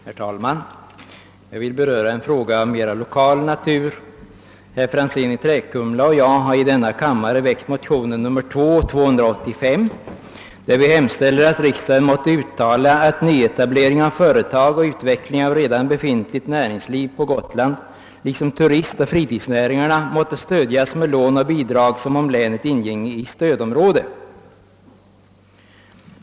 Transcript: Herr talman! Jag vill beröra en fråga av mera lokal natur. Herr Franzén i Träkumla och jag har väckt motionen II: 285, där vi hemställer att riksdagen måtte uttala att nyetablering av företag och utveckling av redan befintligt näringsliv på Gotland liksom turistoch fritidsnäringarna måtte stödjas med lån och bidrag som om länet inginge i stödområde.